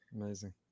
Amazing